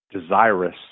desirous